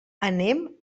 anem